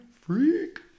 Freak